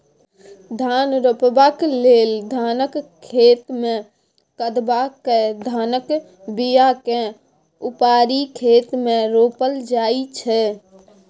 धान रोपबाक लेल धानक खेतमे कदबा कए धानक बीयाकेँ उपारि खेत मे रोपल जाइ छै